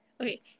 okay